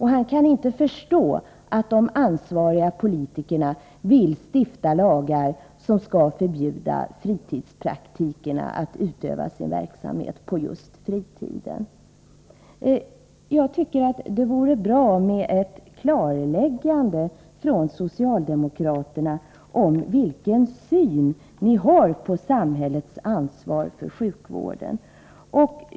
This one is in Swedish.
Han kan inte begripa att de ansvariga politikerna vill stifta lagar som skall förbjuda fritidspraktikerna att utöva sin verksamhet på just fritiden. Det vore bra med ett klarläggande från socialdemokraterna. Vilken syn har ni på samhällets ansvar för sjukvården?